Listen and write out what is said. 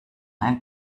ein